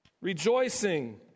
Rejoicing